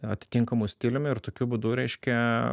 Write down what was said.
atitinkamu stiliumi ir tokiu būdu reiškia